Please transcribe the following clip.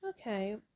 Okay